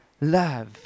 love